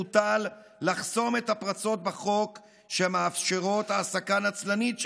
מוטל לחסום את הפרצות בחוק שמאפשרות העסקה נצלנית שכזו.